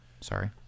Sorry